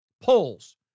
polls